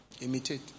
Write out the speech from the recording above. Imitate